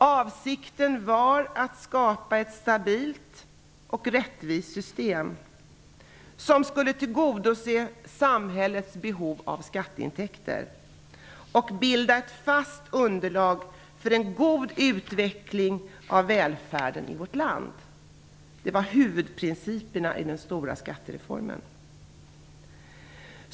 Avsikten var att skapa ett stabilt och rättvist system som skulle tillgodose samhällets behov av skatteintäkter och bilda ett fast underlag för en god utveckling av välfärden i vårt land. Detta var huvudprinciperna i den stora skattereformen.